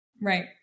Right